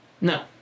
No